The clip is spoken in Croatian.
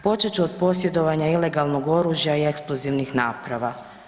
Počet ću od posjedovanja ilegalnog oružja i eksplozivnih naprava.